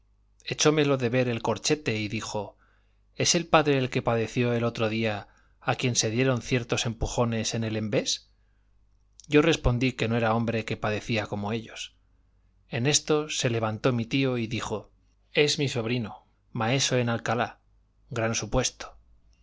echómelo de ver el corchete y dijo es el padre el que padeció el otro día a quien se dieron ciertos empujones en el envés yo respondí que no era hombre que padecía como ellos en esto se levantó mi tío y dijo es mi sobrino maeso en alcalá gran supuesto